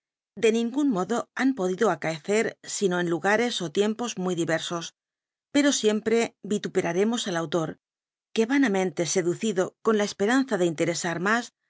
de ningún modo han podido acaecer sino en lugares ó tiempos muy diversos pero siempre vituperaremos al autor que vanamente seducilo con la esperanza de interesar mas